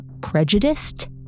prejudiced